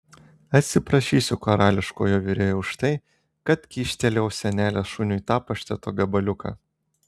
atsiprašysiu karališkojo virėjo už tai kad kyštelėjau senelės šuniui tą pašteto gabaliuką